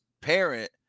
parent